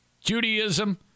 judaism